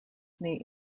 knee